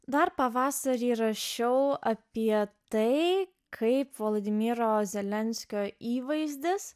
dar pavasarį rašiau apie tai kaip vladimiro zelenskio įvaizdis